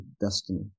destiny